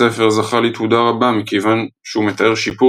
הספר זכה לתהודה רבה מכיוון שהוא מתאר שיפור